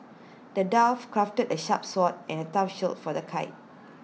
the dwarf crafted A sharp sword and A tough shield for the